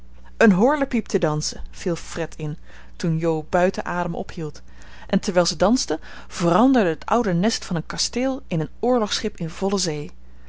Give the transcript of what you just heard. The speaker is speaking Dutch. begonnen een horlepijp te dansen viel fred in toen jo buiten adem ophield en terwijl ze dansten veranderde het oude nest van een kasteel in een oorlogsschip in volle zee